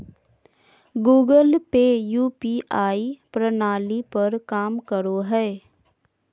Google Pay UPI प्रणाली पर काम करो हय